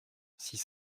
six